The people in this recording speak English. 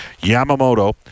Yamamoto